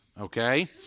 okay